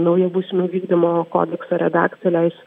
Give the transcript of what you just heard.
nauja bausmių vykdymo kodekso redakcija leis